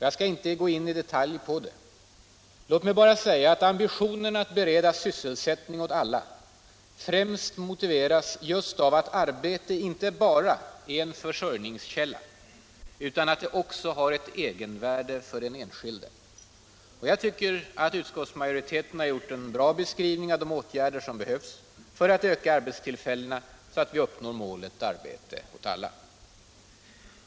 Jag skall inte gå in i detalj på det. Låt mig bara säga att ambitionerna att bereda sysselsättning åt alla främst motiveras just av att arbete inte bara är en försörjningskälla utan att det också har ett egenvärde för den enskilde. Jag tycker att utskottsmajoriteten har gjort en bra beskrivning av de åtgärder som behövs för att öka arbetstillfällena, så att vi uppnår målet arbete åt alla.